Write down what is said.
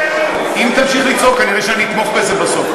אם תמשיך לצעוק כנראה אני אתמוך בזה בסוף.